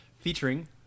featuring